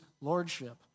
lordship